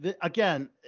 again